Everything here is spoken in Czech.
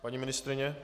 Paní ministryně?